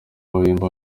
wemba